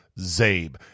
ZABE